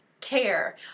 care